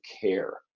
care